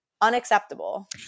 unacceptable